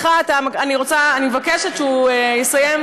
אני מבקשת שהוא יסיים,